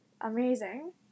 amazing